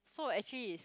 so actually is